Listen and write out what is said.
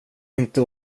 inte